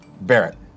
Barrett